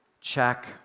check